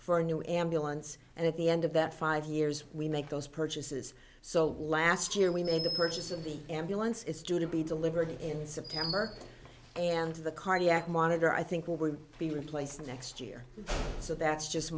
for a new ambulance and at the end of that five years we make those purchases so last year we made the purchase of the ambulance is due to be delivered in september and the cardiac monitor i think will be replaced next year so that's just